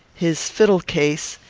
his fiddle-case,